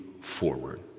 forward